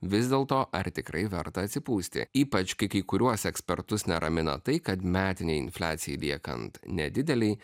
vis dėlto ar tikrai verta atsipūsti ypač kai kai kuriuos ekspertus neramina tai kad metinei infliacijai liekant nedidelei